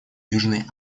южной